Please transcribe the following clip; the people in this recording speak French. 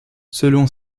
selon